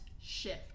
shift